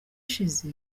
ishize